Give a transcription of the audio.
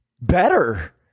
better